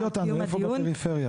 תמקדי אותנו מאיפה בפריפריה?